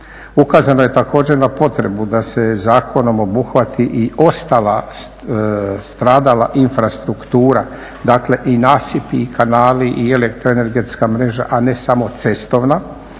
Ukazano je također na potrebu da se zakonom obuhvati i ostala stradala infrastruktura, dakle i nasipi i kanali i elektro-energetska mreža, a ne samo cestovna